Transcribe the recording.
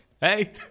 Hey